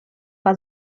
war